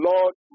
Lord